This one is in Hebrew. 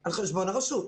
על חשבון הרשות.